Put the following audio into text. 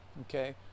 Okay